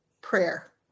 prayer